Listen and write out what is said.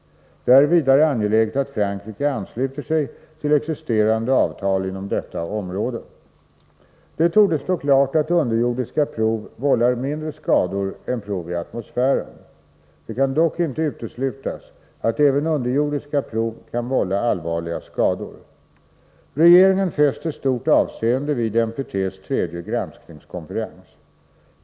Det är vidare angeläget att Frankrike ansluter sig till existerande avtal inom detta område. Det torde stå klart att underjordiska prov vållar mindre skador än prov i atmosfären. Det kan dock inte uteslutas att även underjordiska prov kan vålla allvarliga skador. Regeringen fäster stort avseende vid NPT:s tredje granskningskonferens.